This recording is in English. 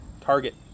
target